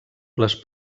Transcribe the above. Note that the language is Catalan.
les